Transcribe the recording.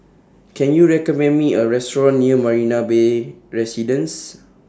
Can YOU recommend Me A Restaurant near Marina Bay Residences